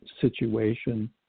situation